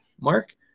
Mark